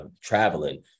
traveling